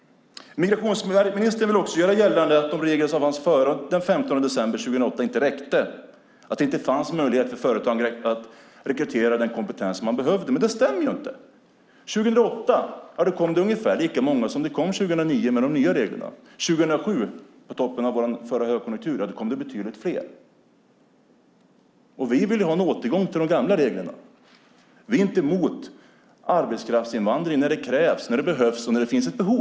Migrationsministern vill också göra gällande att de regler som fanns före den 15 december 2008 inte räckte, att det inte fanns möjlighet för företagen att rekrytera den kompetens som man behövde. Det stämmer inte. År 2008 kom det ungefär lika många som 2009 med de nya reglerna. År 2007, på toppen av den förra högkonjunkturen, kom det betydligt fler. Vi vill ha en återgång till de gamla reglerna. Vi är inte emot arbetskraftsinvandring när det behövs.